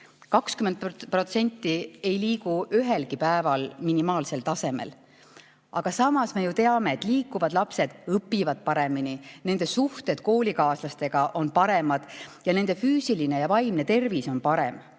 20% ei liigu ühelgi päeval minimaalsel tasemel. Aga samas me ju teame, et liikuvad lapsed õpivad paremini, nende suhted koolikaaslastega on paremad ning nende füüsiline ja vaimne tervis on parem.